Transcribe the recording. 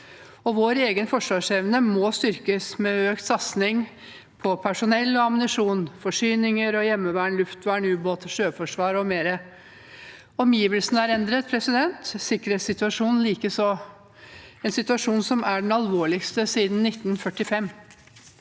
Vår egen forsvarsevne må styrkes, med økt satsing på personell, ammunisjon, forsyninger, heimevern, luftvern, ubåter, sjøforsvar m.m. Omgivelsene er endret og sikkerhetssituasjonen likeså, en situasjon som er den alvorligste siden 1945.